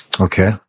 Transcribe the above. okay